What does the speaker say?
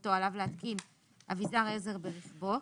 נכותו עליו להתקין אבזר עזר ברכבו,